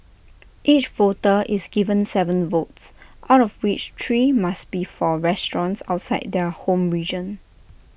each voter is given Seven votes out of which three must be for restaurants outside their home region